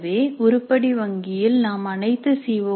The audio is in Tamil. எனவே உருப்படி வங்கியில் நாம் அனைத்து சி